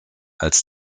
als